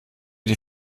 die